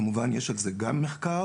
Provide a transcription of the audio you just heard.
כמובן שיש על זה גם מחקר.